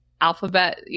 alphabet